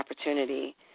opportunity